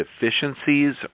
deficiencies